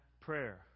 prayer